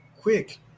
quick